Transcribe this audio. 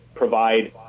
Provide